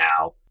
now